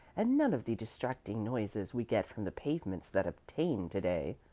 and none of the distracting noises we get from the pavements that obtain to-day.